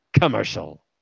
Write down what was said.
Commercial